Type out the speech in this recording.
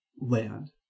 land